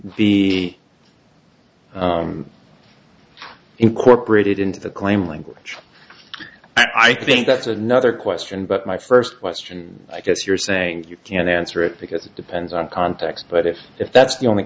the incorporated into the claim language i think that's another question but my first question i guess you're saying you can't answer it because it depends on context but if if that's the only